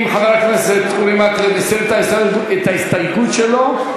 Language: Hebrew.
אם חבר הכנסת אורי מקלב הסיר את ההסתייגות שלו,